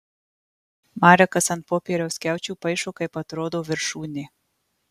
marekas ant popieriaus skiaučių paišo kaip atrodo viršūnė